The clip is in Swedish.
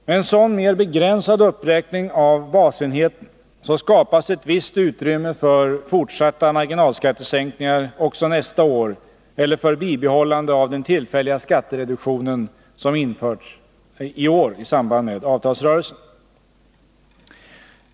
Med en sådan mer begränsad uppräkning av basenheten så skapas ett visst utrymme för fortsatta marginalskattesänkningar också nästa år och för bibehållande av den tillfälliga skattereduktion som införts i år i samband med avtalsrörelsen.